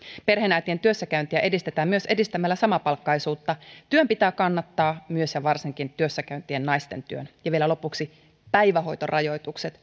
perheenäitien työssäkäyntiä edistetään myös edistämällä samapalkkaisuutta työn pitää kannattaa myös ja varsinkin työssä käyvien naisten työn ja vielä lopuksi päivähoitorajoitukset